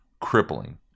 crippling